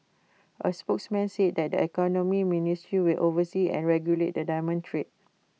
A spokesman says that the economy ministry will oversee and regulate the diamond trade